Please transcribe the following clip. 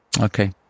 Okay